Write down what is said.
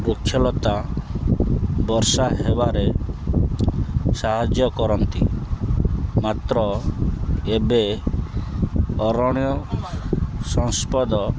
ବୃକ୍ଷଲତା ବର୍ଷା ହେବାରେ ସାହାଯ୍ୟ କରନ୍ତି ମାତ୍ର ଏବେ ଅରଣ୍ୟ ସମ୍ପଦ